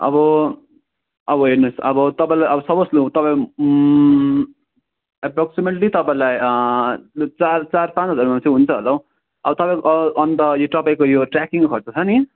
अब अब हेर्नुहोस् अब तपाईँलाई अब सपोज लु तपाईँ एप्रोक्सिमेटली तपाईँलाई चार चार पाँच हजारमा चाहिँ हुन्छ होला हो अब तपाईँको अन्त यो तपाईँको यो ट्रेकिङ खर्च छ नि